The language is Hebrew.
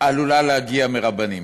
עלולה להגיע מרבנים,